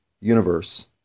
universe